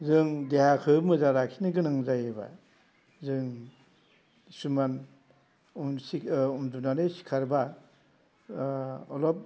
जों देहाखौ मोजां लाखिनो गोनां जायोबा जों खिसुमान उन सिगां उन्दुनानै सिखारबा अलब